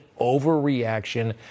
overreaction